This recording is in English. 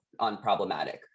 unproblematic